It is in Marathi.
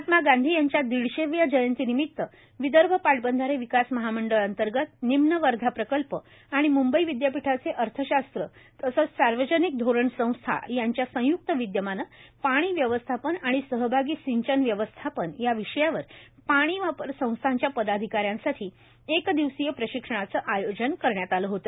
महात्मा गांधी यांच्या दिडशेव्या जयंती निमित्त विदर्भ पाटबंधारे विकास महामंडळ अंतर्गत निम्न वर्धा प्रकल्प आणि मंबई विदयापीठाचे अर्थशास्त्र तसंच सार्वजनिक धोरण संस्था यांचे संयुक्त विदयमाने पाणी व्यवस्थापन आणि सहभागी सिंचन व्यवस्थापन या विषयावर पाणीवापर संस्थांच्या पदाधिकाऱ्यांसाठी एक दिवशीय प्रशिक्षणाचे आयोजन करण्यात आले होते